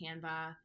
Canva